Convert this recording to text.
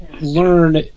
learn